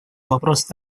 вопрос